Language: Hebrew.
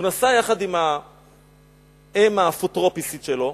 הוא נסע יחד עם האם האפוטרופוסית שלו,